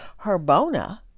Herbona